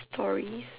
stories